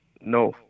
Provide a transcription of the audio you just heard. No